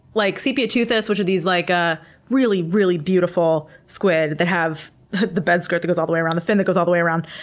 like sepioteuthis which are these like ah really, really beautiful squid that have the the bedskirt that goes all the way around, the fin that goes all the way around,